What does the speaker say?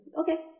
Okay